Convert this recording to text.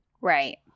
Right